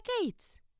decades